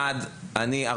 אני אומר עוד מילה קצרה.